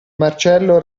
marcello